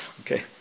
okay